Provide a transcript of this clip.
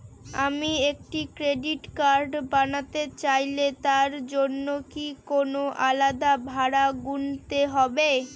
আমি একটি credit card বানাতে চাইলে তার জন্য কি কোনো আলাদা ভাড়া গুনতে হবে?